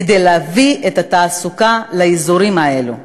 כדי להביא את התעסוקה לאזורים האלו.